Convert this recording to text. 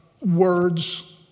words